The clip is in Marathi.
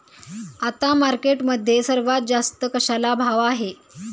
आता मार्केटमध्ये सर्वात जास्त कशाला भाव आहे?